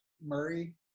Murray